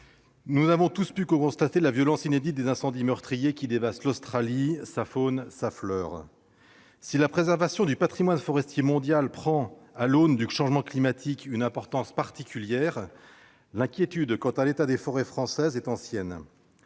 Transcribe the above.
nous n'avons pu que constater la violence inédite des incendies meurtriers qui dévastent l'Australie, sa faune et sa flore. Si la préservation du patrimoine forestier mondial prend, à l'aune du changement climatique, une importance particulière, l'inquiétude quant à l'état des forêts françaises est ancienne.